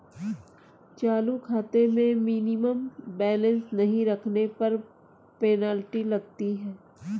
चालू खाते में मिनिमम बैलेंस नहीं रखने पर पेनल्टी लगती है